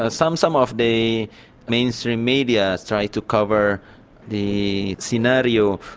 ah some some of the mainstream media has tried to cover the scenario,